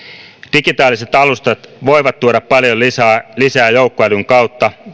digitaaliset alustat voivat tuoda paljon lisää lisää joukkoälyn kautta